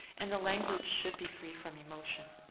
and the language should be free from emotion.